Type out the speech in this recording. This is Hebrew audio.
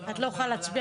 מי נגד?